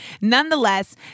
Nonetheless